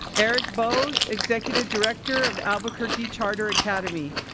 eric bose, executive director of albuquerque charter academy.